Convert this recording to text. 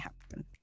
happen